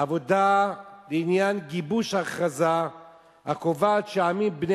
"עבודה לעניין גיבוש הכרזה הקובעת שעמים בני